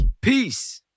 Peace